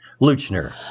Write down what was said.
Luchner